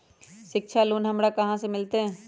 शिक्षा लोन हमरा कहाँ से मिलतै?